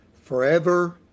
forever